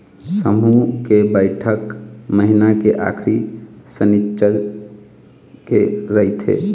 समूह के बइठक महिना के आखरी सनिच्चर के रहिथे